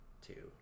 two